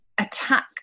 attack